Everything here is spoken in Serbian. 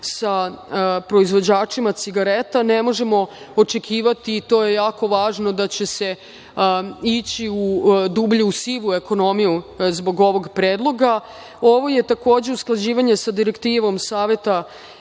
sa proizvođačima cigareta. Ne možemo očekivati, to je jako važno, da će se ići u dublju sivu ekonomiju zbog ovog predloga. Ovo je takođe usklađivanje sa direktivom Saveta Evrope